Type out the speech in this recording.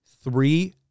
three